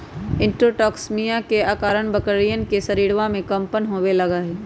enterotoxaemia के अआरण बकरियन के शरीरवा में कम्पन होवे लगा हई